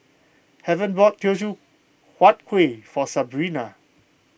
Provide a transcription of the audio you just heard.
heaven bought Teochew Huat Kuih for Sabrina